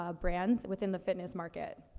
um brands within the fitness market.